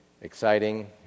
exciting